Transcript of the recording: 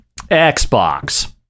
Xbox